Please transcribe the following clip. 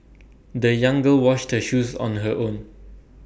the young girl washed her shoes on her own